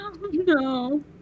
No